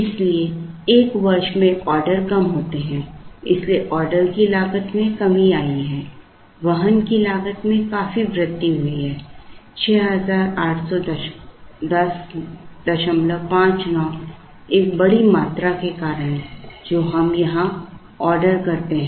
इसलिए एक वर्ष में ऑर्डर कम होते हैं इसलिए ऑर्डर की लागत में कमी आई है वहन की लागत में काफी वृद्धि हुई है 681059 एक बड़ी मात्रा के कारण जो हम यहां ऑर्डर करते हैं